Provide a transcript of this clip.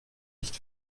nicht